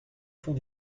fond